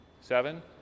Seven